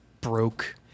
broke